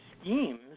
schemes